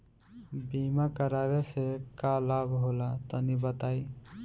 बीमा करावे से का लाभ होला तनि बताई?